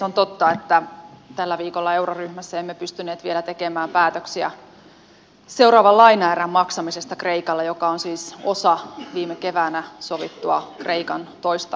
on totta että tällä viikolla euroryhmässä emme pystyneet vielä tekemään päätöksiä seuraavan lainaerän joka on siis osa viime keväänä sovittua kreikan toista lainaohjelmaa maksamisesta kreikalle